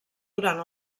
durant